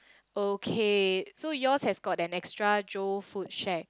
okay so yours has got an extra Joe food shack